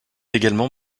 également